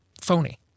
phony